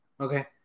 Okay